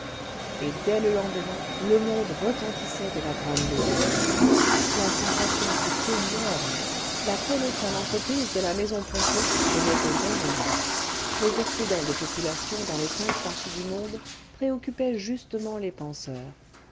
et dès le lendemain le monde retentissait de la grande nouvelle la sensation fut énorme la colossale entreprise de la maison ponto venait au bon moment les excédents de population dans les cinq parties du monde préoccupaient justement les penseurs